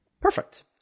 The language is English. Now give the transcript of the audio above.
Perfect